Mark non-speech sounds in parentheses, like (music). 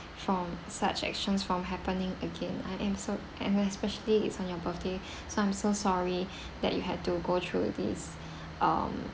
from such actions from happening again I am so and especially it's on your birthday (breath) so I'm so sorry (breath) that you had to go through this (breath) um